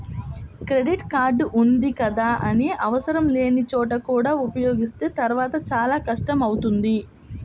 credit card ఉంది కదా అని ఆవసరం లేని చోట కూడా వినియోగిస్తే తర్వాత చాలా కష్టం అవుతుంది